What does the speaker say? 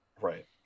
Right